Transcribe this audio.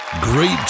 Great